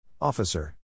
Officer